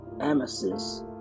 Amasis